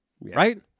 right